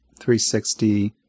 360